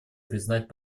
признать